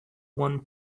one